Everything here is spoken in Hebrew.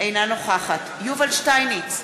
אינה נוכחת יובל שטייניץ,